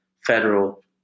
Federal